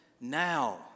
now